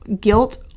guilt